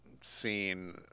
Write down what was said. seen